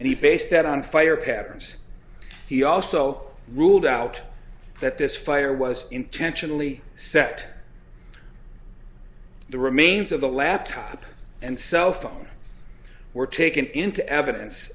he based that on fire patterns he also ruled out that this fire was intentionally set the remains of the laptop and cell phone were taken into evidence